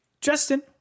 Justin